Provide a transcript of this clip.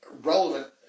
relevant